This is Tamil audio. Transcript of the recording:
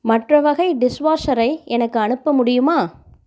மற்ற வகை டிஷ் வாஷரை எனக்கு அனுப்ப முடியுமா